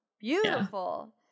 beautiful